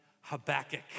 Habakkuk